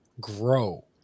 grow